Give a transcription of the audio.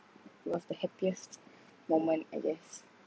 it was the happiest moment I guess